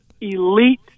elite